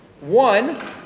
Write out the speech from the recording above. One